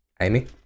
Amy